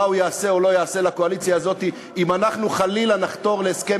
מה הוא יעשה או לא יעשה לקואליציה הזאת אם אנחנו חלילה נחתור להסכם